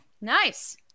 nice